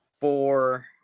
four